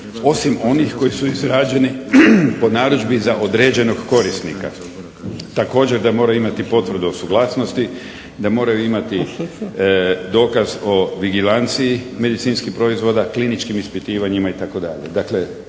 osim onih koji su izrađeni po narudžbi za određenog korisnika. Također da mora imati potvrdu o suglasnosti, da moraju imati dokaz o vigilanciji medicinskih proizvoda, kliničkim ispitivanjima itd.